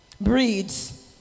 breeds